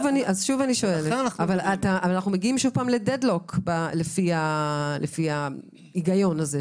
אבל אנחנו מגיעים שוב ל-deadlock לפי ההיגיון הזה,